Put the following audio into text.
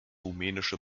rumänische